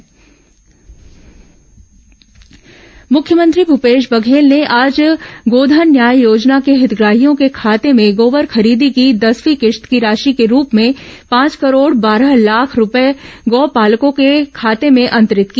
गोधन न्याय योजना राशि मुख्यमंत्री भूपेश बघेल ने आज गोघन न्याय योजना के हितग्राहियों के खाते में गोबर खरीदी की दसवीं किश्त की राशि के रूप में पांच करोड़ बारह लाख रूपये गौ पालकों के खाते में अंतरित की